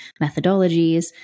methodologies